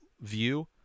view